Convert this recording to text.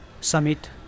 summit